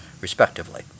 respectively